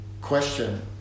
question